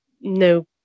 no